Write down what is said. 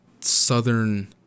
Southern